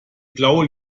blaue